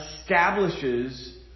establishes